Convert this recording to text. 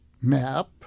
map